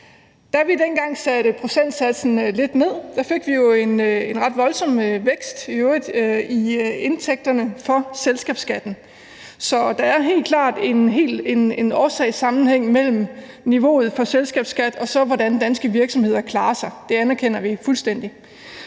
da vi dengang satte procentsatsen lidt ned, fik vi en ret voldsom vækst i indtægterne for selskabsskatten, så der er helt klart en årsagssammenhæng mellem niveauet for selskabsskat, og hvordan danske virksomheder klarer sig. Det anerkender vi fuldstændig.